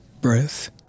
breath